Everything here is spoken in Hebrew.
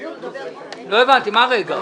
לא הבנתי, מה "רגע"?